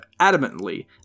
adamantly